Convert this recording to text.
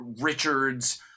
Richards